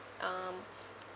um